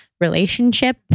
relationship